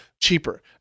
cheaper